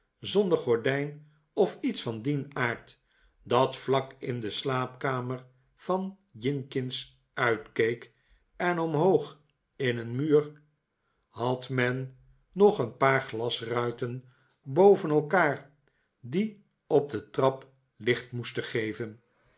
zonder gordijn of iets van dien aard dat vlak in de slaapkamer van jinkins uitkeek en omhoog in een muur had men nog een paar glasruiten boven elkaar die op de trap licht moesten geven